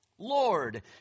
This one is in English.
Lord